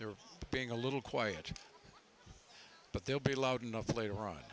they're being a little quiet but they'll be loud enough later on